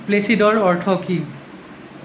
প্লেছিডৰ অৰ্থ কি